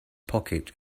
pocket